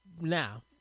now